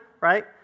right